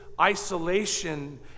Isolation